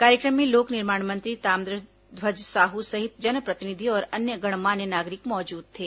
कार्यक्रम में लोक निर्माण मंत्री ताम्रध्वज साहू सहित जनप्रतिनिधि और अन्य गणमान्य नागरिक मौजूद थे